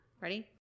Ready